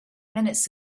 minutes